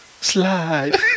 slide